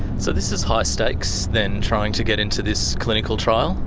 so this is high stakes then, trying to get into this clinical trial?